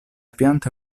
pianta